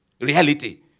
reality